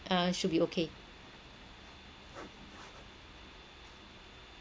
ah should be okay